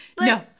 No